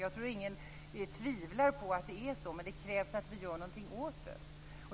Jag tror ingen tvivlar på att det är så, men det krävs att vi gör någonting åt det.